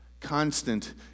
constant